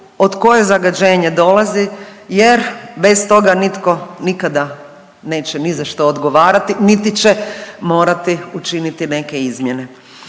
od koje zagađenje dolazi jer bez toga nitko nikada neće ni za što odgovarati, niti će morati učiniti neke izmjene.